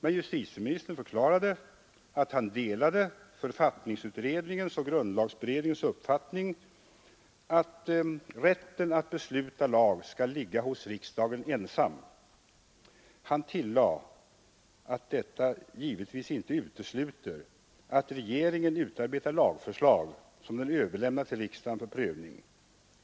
Men justitieministern förklarade att han delade författningsutredningens och grundlagberedningens uppfattning att rätten att besluta lag skall ligga hos riksdagen ensam. Han tillade att detta givetvis inte utesluter att regeringen utarbetar lagförslag som den överlämnar till riksdagen för prövning.